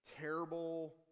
terrible